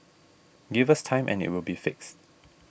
give us time and it will be fixed